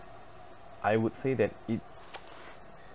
I would say that it